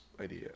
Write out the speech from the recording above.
idea